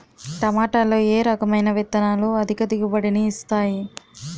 టమాటాలో ఏ రకమైన విత్తనాలు అధిక దిగుబడిని ఇస్తాయి